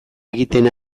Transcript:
egiten